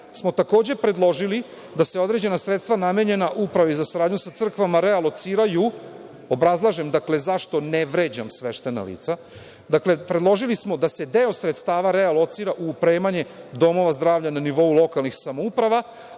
smo takođe predložili da se određena sredstva namenjena Upravi za saradnju sa crkvama realociraju, obrazlažem zašto ne vređam sveštena lica, dakle, predložili smo da se deo sredstava realocira u opremanje domova zdravlja na nivou lokalnih samouprava,